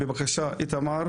בבקשה, איתמר